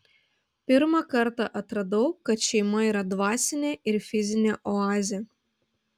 pirmą kartą atradau kad šeima yra dvasinė ir fizinė oazė